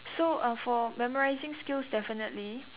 so uh for memorising skills definitely